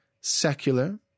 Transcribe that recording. secular